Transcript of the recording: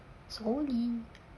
sorry